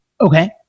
Okay